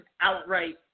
outright